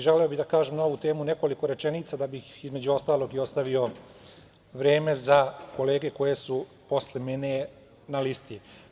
Želeo bih na ovu temu da kažem nekoliko rečenica da bih, između ostalog, ostavio vreme za kolege koje su posle mene na listi.